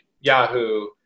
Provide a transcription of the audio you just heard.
Yahoo